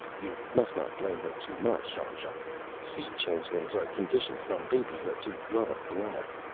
you must not blame her too much, jean-jacques. sea-changelings are conditioned from babyhood to love blood.